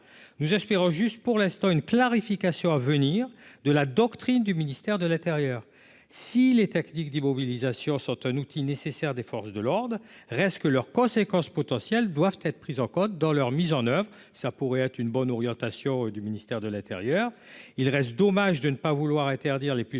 nous espérons juste pour l'instant une clarification à venir de la doctrine du ministère de l'Intérieur, si les techniques d'immobilisation sont un outil nécessaire des forces de l'ordre reste que leurs conséquences potentielles doivent être prises en Côte dans leur mise en oeuvre, ça pourrait être une bonne orientation du ministère de l'Intérieur, il reste dommage de ne pas vouloir interdire les plus dangereuses pour